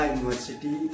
University